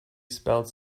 spelled